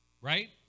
right